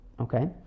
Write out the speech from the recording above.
Okay